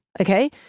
Okay